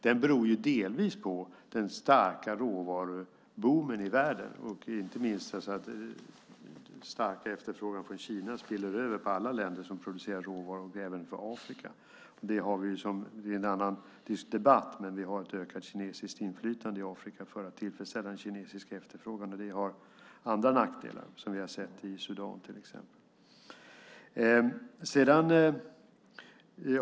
Den beror delvis på den starka råvaruboomen i världen och inte minst på att stark efterfrågan från Kina spiller över på alla länder som producerar råvaror och även på Afrika. Det är en annan debatt, men vi har ett ökat kinesiskt inflytande i Afrika för att tillfredsställa en kinesisk efterfrågan, och det har andra nackdelar, som vi har sett i till exempel Sudan.